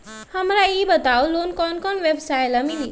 हमरा ई बताऊ लोन कौन कौन व्यवसाय ला मिली?